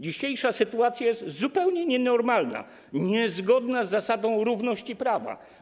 Dzisiejsza sytuacja jest zupełnie nienormalna i niezgodna z zasadą równości wobec prawa.